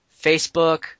Facebook